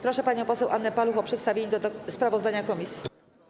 Proszę panią poseł Annę Paluch o przedstawienie sprawozdania komisji.